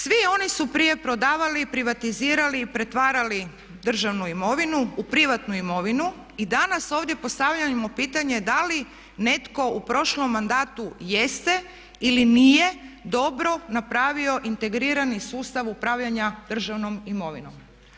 Svi oni su prije prodavali, privatizirali i pretvarali državnu imovinu u privatnu imovinu i danas ovdje postavljamo pitanje da li netko u prošlom mandatu jeste ili nije dobro napravio integrirani sustav upravljanja državnom imovinom?